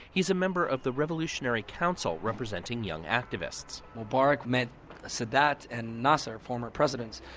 he's a member of the revolutionary council representing young activists mubarak met sadat and nasser, former presidents.